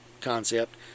concept